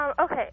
Okay